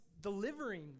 delivering